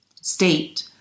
state